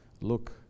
look